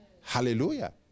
Hallelujah